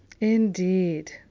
Indeed